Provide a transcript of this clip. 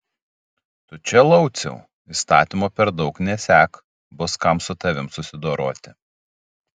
tu čia lauciau įstatymo per daug nesek bus kam su tavimi susidoroti